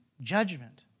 judgment